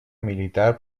militar